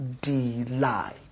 delight